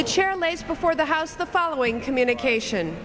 the chair lays before the house the following communication